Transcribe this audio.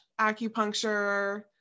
acupuncture